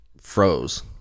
froze